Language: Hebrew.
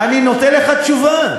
אני נותן לך תשובה,